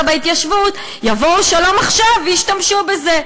בהתיישבות יבואו "שלום עכשיו" וישתמשו בזה.